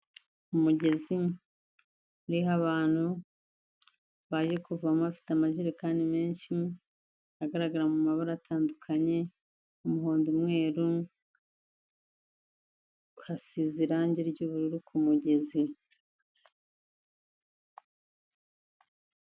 Umugezi uriho abantu baje kuvaoma bafite amajerekani menshi, agaragara mu mabara atandukanye umuhondo umweru, hasize irangi ry'ubururu ku mugezi.